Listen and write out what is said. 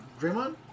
Draymond